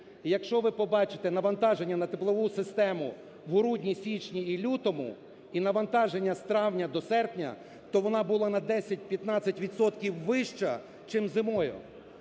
якщо ви побачите навантаження на теплову систему в грудні, січні і лютому, і навантаження з травня до серпня, то вона була на 10-15 відсотків вища чим зимою.